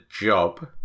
job